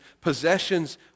possessions